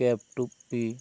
ᱠᱮᱯ ᱴᱩᱯᱤ